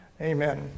Amen